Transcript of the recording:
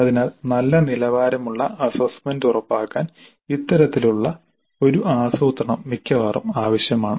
അതിനാൽ നല്ല നിലവാരമുള്ള അസ്സസ്സ്മെന്റ് ഉറപ്പാക്കാൻ ഇത്തരത്തിലുള്ള ഒരു ആസൂത്രണം മിക്കവാറും ആവശ്യമാണ്